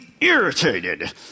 irritated